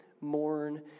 mourn